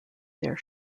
their